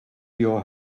your